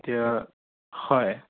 এতিয়া হয়